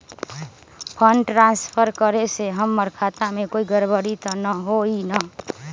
Fund transfer करे से हमर खाता में कोई गड़बड़ी त न होई न?